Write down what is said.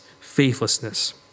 faithlessness